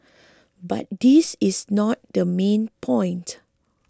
but this is not the main point